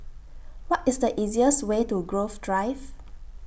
What IS The easiest Way to Grove Drive